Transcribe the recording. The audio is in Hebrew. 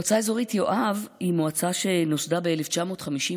המועצה האזורית יואב היא מועצה שנוסדה ב-1952.